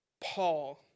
Paul